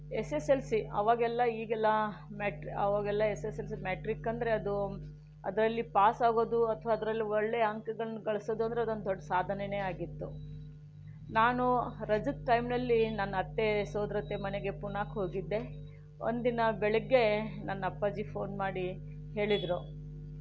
S S L C ಆವಾಗೆಲ್ಲ ಈಗೆಲ್ಲ mat ಆವಾಗೆಲ್ಲ S S L C matric ಅಂದರೆ ಅದು ಅದರಲ್ಲಿ ಪಾಸಾಗೋದು ಅಥವಾ ಅದರಲ್ಲಿ ಒಳ್ಳೆಯ ಅಂಕಗಳನ್ನು ಗಳಿಸೋದು ಅಂದರೆ ಅದೊಂದು ದೊಡ್ಡ ಸಾಧನೆಯೇ ಆಗಿತ್ತು ನಾನು ರಜದ ಟೈಮ್ನಲ್ಲಿ ನನ್ನ ಅತ್ತೆ ಸೋದರತ್ತೆ ಮನೆಗೆ ಪೂನಾಕ್ಕೆ ಹೋಗಿದ್ದೆ ಒಂದಿನ ಬೆಳಿಗ್ಗೆ ನನ್ನಪ್ಪಾಜಿ ಫೋನ್ ಮಾಡಿ ಹೇಳಿದರು